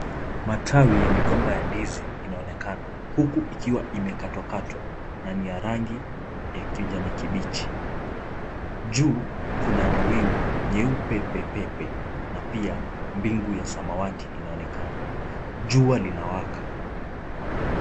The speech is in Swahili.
Matawi ya migomba ya ndizi inaonekana, huku ikiwa imekatwakatwa na ni ya rangi ya kijani kibichi, juu kuna mawingu nyeupe pepepe na pia wingu ya samawati inaonekana, jua linawaka.